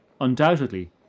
undoubtedly